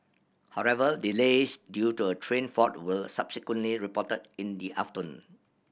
however delays due to a train fault were subsequently reported in the afternoon